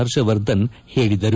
ಹರ್ಷವರ್ಧನ್ ಹೇಳಿದರು